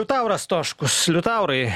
liutauras stoškus liutaurai